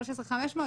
13,500,